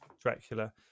Dracula